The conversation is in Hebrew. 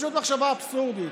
פשוט מחשבה אבסורדית.